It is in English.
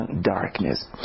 darkness